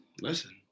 listen